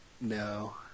No